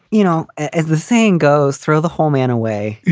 you know, as the saying goes through the home and away, you